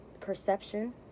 perception